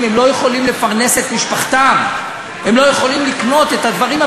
התיקון שמבקשת הממשלה בקשר למסירת מידע לרשויות מס זרות,